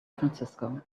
francisco